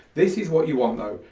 this is what you want though,